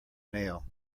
nail